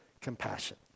compassion